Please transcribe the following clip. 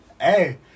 Hey